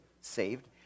saved